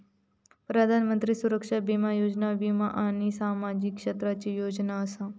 प्रधानमंत्री सुरक्षा बीमा योजना वीमा आणि सामाजिक क्षेत्राची योजना असा